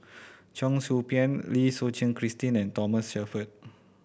Cheong Soo Pieng Lim Suchen Christine and Thomas Shelford